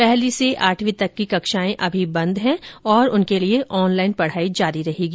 पहली से आठवीं तक की कक्षाएं अभी भी बंद हैं और उनके लिए ऑनलाइन पढाई जारी रहेगी